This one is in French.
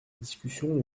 discussion